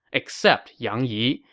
except yang yi.